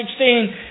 16